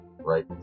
right